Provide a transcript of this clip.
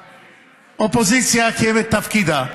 האופוזיציה מקיימת את תפקידה,